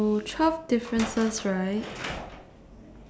so twelve differences right